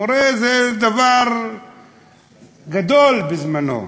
מורה, זה היה דבר גדול בזמנו.